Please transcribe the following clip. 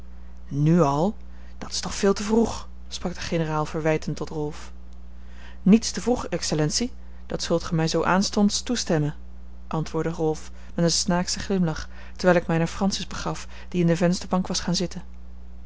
nu al dat is toch veel te vroeg sprak de generaal verwijtend tot rolf niets te vroeg excellentie dat zult gij mij zoo aanstonds toestemmen antwoordde rolf met een snaakschen glimlach terwijl ik mij naar francis begaf die in de vensterbank was gaan zitten